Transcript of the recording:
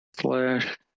slash